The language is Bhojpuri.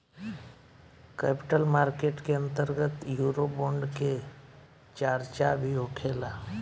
कैपिटल मार्केट के अंतर्गत यूरोबोंड के चार्चा भी होखेला